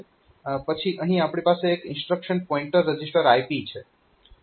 પછી અહીં આપણી પાસે એક ઈન્સ્ટ્રક્શન પોઈન્ટર રજીસ્ટર IP છે